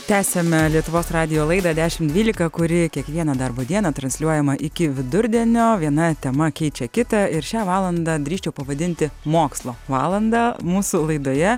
tęsiame lietuvos radijo laidą dešim dvylika kuri kiekvieną darbo dieną transliuojama iki vidurdienio viena tema keičia kitą ir šią valandą drįsčiau pavadinti mokslo valanda mūsų laidoje